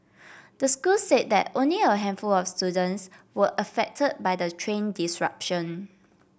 the school said that only a handful of students were affected by the train disruption